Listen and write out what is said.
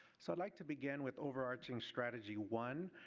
so like to begin with overarching strategy one.